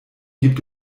gibt